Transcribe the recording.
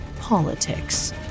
politics